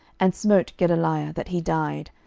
and smote gedaliah, that he died,